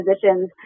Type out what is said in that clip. positions